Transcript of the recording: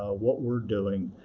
what we're doing,